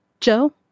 Joe